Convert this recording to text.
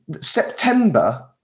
September